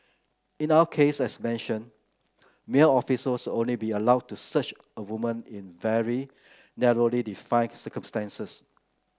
in our case as mentioned male officers will only be allowed to search a woman in very narrowly defined circumstances